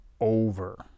over